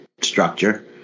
structure